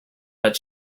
but